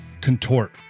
contort